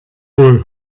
wohl